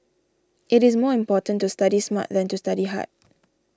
it is more important to study smart than to study hard